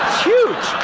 huge!